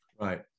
right